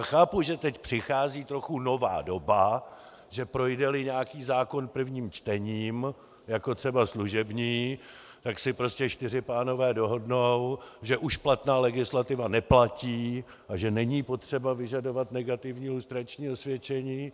Chápu, že teď přichází trochu nová doba, že projdeli nějaký zákon prvním čtením, jako třeba služební, tak si prostě čtyři pánové dohodnou, že už platná legislativa neplatí a že není potřeba vyžadovat negativní lustrační osvědčení.